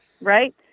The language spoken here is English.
Right